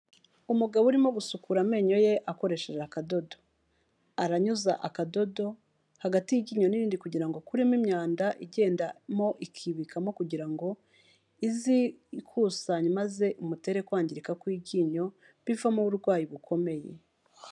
Umugabo urimo gusukura amenyo ye akoresheje akadodo, aranyuza akadodo hagati y'iryinyo n'irindi kugira ngo akuremo imyanda igenda ikibikamo kugira ngo izikusanye maze imutere kwangirika kw'iryinyo bivamo uburwayi bukomeye.